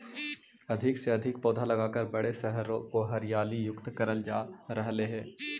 अधिक से अधिक पौधे लगाकर बड़े शहरों को हरियाली युक्त करल जा रहलइ हे